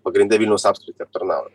pagrinde vilniaus apskritį aptarnaujam